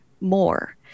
more